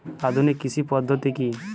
আধুনিক কৃষি পদ্ধতি কী?